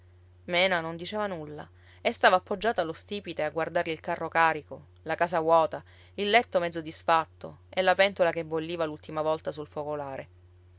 mena non diceva nulla e stava appoggiata allo stipite a guardar il carro carico la casa vuota il letto mezzo disfatto e la pentola che bolliva l'ultima volta sul focolare